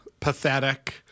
pathetic